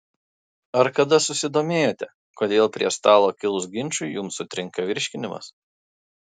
ar kada susidomėjote kodėl prie stalo kilus ginčui jums sutrinka virškinimas